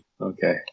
Okay